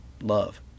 love